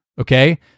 Okay